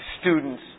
students